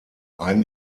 ein